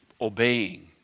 obeying